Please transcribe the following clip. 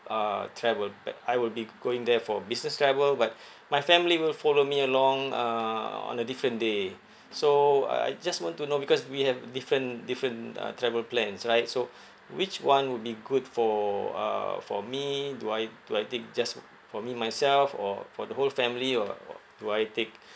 uh travel back I will be going there for a business travel but my family will follow me along uh on a different day so uh I just want to know because we have different different uh travel plans right so which one would be good for uh for me do I do I take just for me myself or for the whole family or or do I take